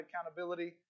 accountability